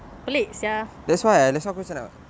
pelik sia